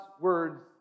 words